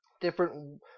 different